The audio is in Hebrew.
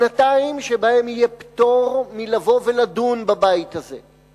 שנתיים שבהן יהיה פטור מלבוא ולדון בבית הזה.